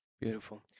Beautiful